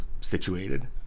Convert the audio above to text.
situated